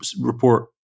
report